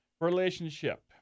relationship